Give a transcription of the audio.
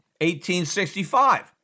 1865